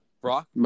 Brock